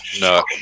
no